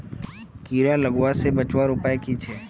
कीड़ा लगवा से बचवार उपाय की छे?